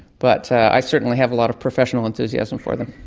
but i certainly have a lot of professional enthusiasm for them.